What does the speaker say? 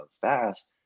Fast